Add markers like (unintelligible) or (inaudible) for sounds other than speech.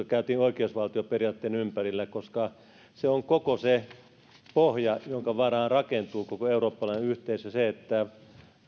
(unintelligible) käytiin oikeusvaltioperiaatteen ympärillä koska se on koko se pohja jonka varaan rakentuu koko eurooppalainen yhteisö se että